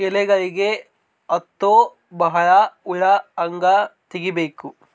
ಎಲೆಗಳಿಗೆ ಹತ್ತೋ ಬಹಳ ಹುಳ ಹಂಗ ತೆಗೀಬೆಕು?